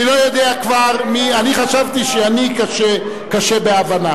אני חשבתי שאני קשה בהבנה,